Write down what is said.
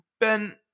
Ben